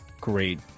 great